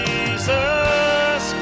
Jesus